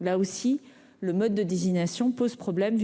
concernés, ce mode de désignation pose problème.